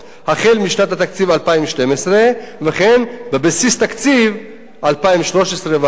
החל משנת התקציב 2012 וכן בבסיס תקציב 2013 והלאה.